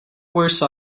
worse